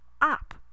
up